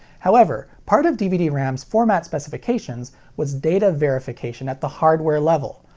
however, part of dvd-ram's format specifications was data verification at the hardware level,